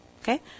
Okay